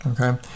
okay